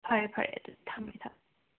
ꯐꯔꯦ ꯐꯔꯦ ꯑꯗꯨꯗꯤ ꯊꯝꯃꯦ ꯊꯝꯃꯦ